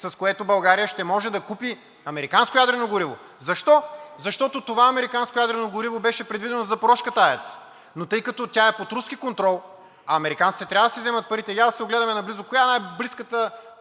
с което България ще може да купи американско ядрено гориво. Защо? Защото това американско ядрено гориво беше предвидено за Запорожката АЕЦ, но тъй като тя е под руски контрол, а американците трябва да си вземат парите, я да се огледаме наблизо – коя е най-близката